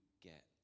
get